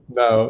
no